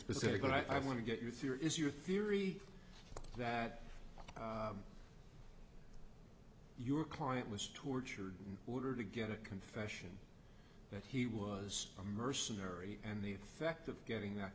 specifically i want to get you through your is your theory that your client was tortured order to get a confession that he was a mercenary and the effect of getting that